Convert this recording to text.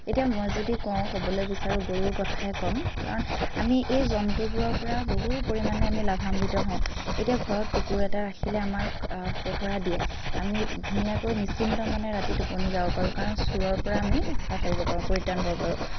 এতিয়া মই যদি কওঁ ক'বলৈ বিচাৰোঁ গৰুৰ কথাই ক'ম কাৰণ আমি এই জন্তুবোৰৰ পৰা বহু পৰিমাণে আমি লাভান্বিত হওঁ এতিয়া ঘৰত কুকুৰ এটা ৰাখিলে আমাক পহৰা দিয়ে আমি ধুনীয়াকৈ নিশ্চিন্তমনে ৰাতি টোপনি যাব পাৰোঁ কাৰণ চোৰৰ পৰা আমি হাত সাৰিব পাৰোঁ পৰিত্ৰাণ পাব পাৰোঁ